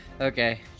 Okay